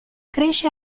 cresce